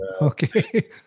Okay